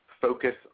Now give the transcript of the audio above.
focus